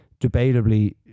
debatably